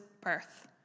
birth